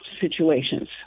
situations